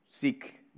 seek